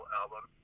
album